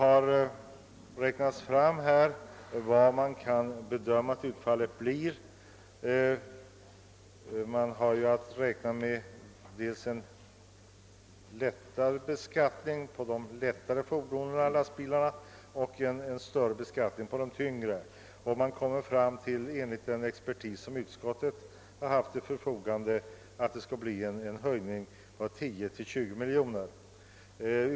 När man har försökt bedöma hurdant detta kan bli, har man räknat med dels lägre skatt för lättare fordon, dels högre skatt för tyngre fordon. Enligt den expertis som utskottet haft att tillgå skulle det sammanlagt bli en höjning av skatten på 10—20 miljoner kronor.